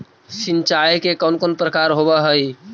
सिंचाई के कौन कौन प्रकार होव हइ?